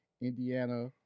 Indiana